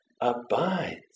abides